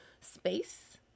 space